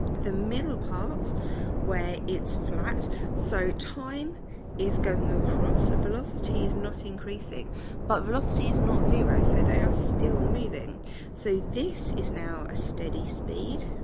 the middle part where it's flat so time is going across a velocity is not increasing but velocity is not zero so they are still moving so this is now a steady speed